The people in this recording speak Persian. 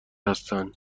هستند